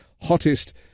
hottest